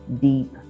deep